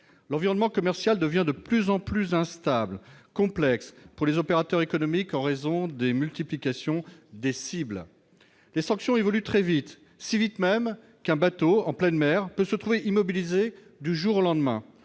L'environnement commercial devient de plus en plus instable et complexe pour les opérateurs économiques, en raison de la multiplication des cibles. Les sanctions évoluent très vite, si vite même qu'un bateau en pleine mer peut se trouver immobilisé du jour au lendemain,